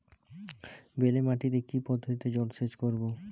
বেলে মাটিতে কি পদ্ধতিতে জলসেচ করব?